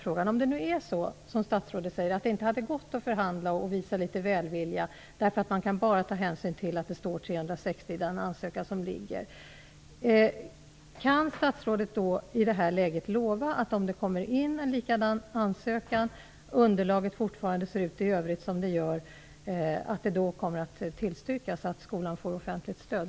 Antag att det nu är så som statsrådet säger, att det inte hade gått att förhandla och visa litet välvilja därför att man bara kan ta hänsyn till att det står 360 i den ansökan som föreligger. Kan statsrådet i det läget lova att, om det kommer in en likadan ansökan och underlaget i övrigt fortfarande ser ut som det gör, det kommer att tillstyrkas att skolan får offentligt stöd?